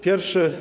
Pierwszy.